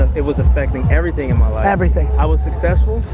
it was affecting everything in my life. everything. i was successful,